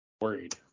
Worried